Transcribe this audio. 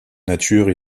nature